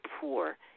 poor